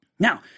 Now